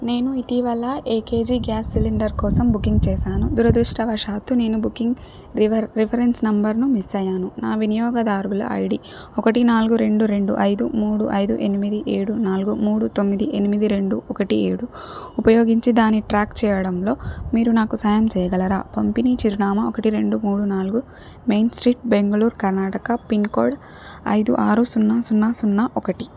నేను ఇటీవల ఏకేజీ గ్యాస్ సిలిండర్ కోసం బుకింగ్ చేసాను దురదృష్టవశాత్తు నేను బుకింగ్ రివర్ రిఫరెన్స్ నంబర్ను మిస్ అయ్యాను నా వినియోగదారుల ఐడి ఒకటి నాలుగు రెండు రెండు ఐదు మూడు ఐదు ఎనిమిది ఏడు నాలుగు మూడు తొమ్మిది ఎనిమిది రెండు ఒకటి ఏడు ఉపయోగించి దాని ట్రాక్ చేయడంలో మీరు నాకు సాయం చేయగలరా పంపిణీ చిరునామా ఒకటి రెండు మూడు నాలుగు main street Bengaluru Karnataka pin code ఐదు ఆరు సున్నా సున్నా సున్నా ఒకటి